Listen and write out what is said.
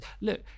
look